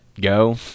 go